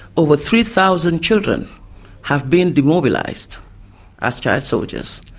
over three thousand children have been demobilised as child soldiers.